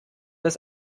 des